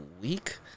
week